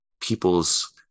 people's